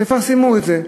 תפרסמו את זה.